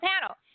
panel